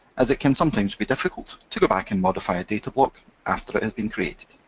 as it can sometimes be difficult to go back and modify a datablock after it has been created.